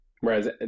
Whereas